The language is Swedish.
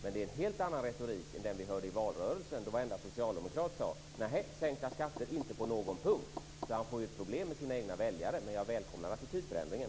Men det är en helt annan retorik än den som vi hörde i valrörelsen, då varenda socialdemokrat sade: Nej, inga sänkta skatter på någon punkt. Han får ju problem med sina egna väljare, men jag välkomnar attitydförändringen.